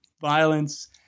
violence